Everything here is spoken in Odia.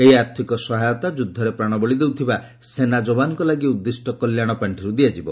ଏହି ଆର୍ଥିକ ସହାୟତା ଯୁଦ୍ଧରେ ପ୍ରାଣବଳୀ ଦେଉଥିବା ସେନା ଯବାନଙ୍କ ଲାଗି ଉଦ୍ଦିଷ୍ଟ କଲ୍ୟାଣ ପାଷ୍ଠିରୁ ଦିଆଯିବ